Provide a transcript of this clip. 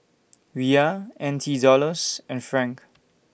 Riyal N T Dollars and Franc